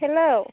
hello